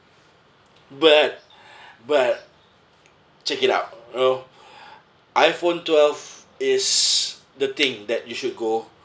but but check it out you know iphone twelve is the thing that you should go